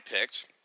picked